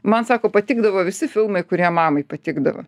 man sako patikdavo visi filmai kurie mamai patikdavo